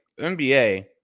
NBA